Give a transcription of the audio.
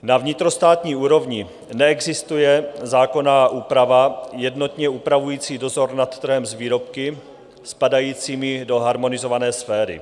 Na vnitrostátní úrovni neexistuje zákonná úprava jednotně upravující dozor nad trhem s výrobky spadajícími do harmonizované sféry.